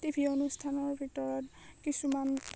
TV অনুষ্ঠানৰ ভিতৰত কিছুমান